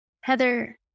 Heather